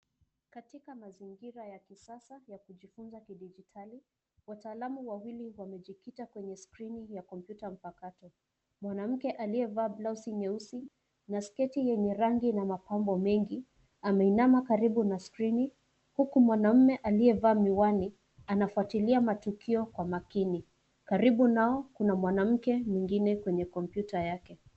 Katika mazingira ya kisasa ya kujifunza kidijitali, wataalamu wawili wamejikita kwenye skrini ya komputa mpakato. Mwanamke aliyevaa blausi nyeusi na sketi yenye rangi na mapambo mengi ameinama karibu na skrini huku mwanaume aliyevaa miwani anafuatilia matukio kwa makini. Karibu nao kuna mwanamke mwingine kwenye komputa yake.